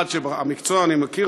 המקצוע אני מכיר,